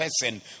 person